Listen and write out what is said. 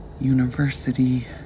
University